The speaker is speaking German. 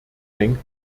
denkt